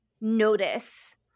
notice